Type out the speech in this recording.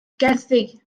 gerddi